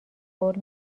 قول